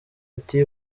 ati